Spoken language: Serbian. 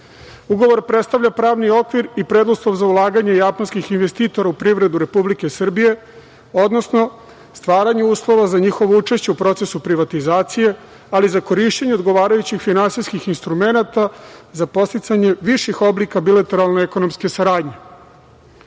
države. Ugovor predstavlja pravni okvir i preduslov za ulaganje japanskih investitora u privredu Republike Srbije, odnosno stvaranje uslova za njihovo učešće u procesu privatizacije, ali i za korišćenje odgovarajućih finansijskih instrumenata za podsticanje viših oblika bilateralne ekonomske saradnje. Sledeći